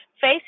Face